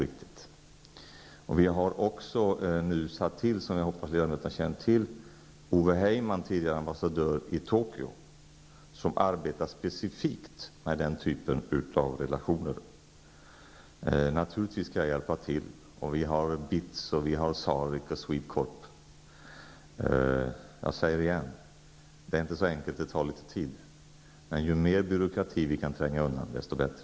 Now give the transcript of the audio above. Jag hoppas att ledamöterna känner till att vi har tillsatt Ove Heyman, tidigare ambassadör i Tokyo, för att arbeta specifikt med den typen av relationer. Naturligtvis skall jag hjälpa till. Där finns BITS, SAREK och Swedcorp. Jag säger återigen att det inte är så enkelt och att det tar tid. Men ju mer byråkrati vi kan tränga undan desto bättre.